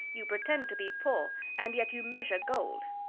you pretend to be poor and yet you measure gold.